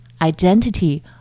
identity